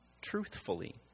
truthfully